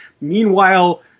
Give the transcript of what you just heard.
Meanwhile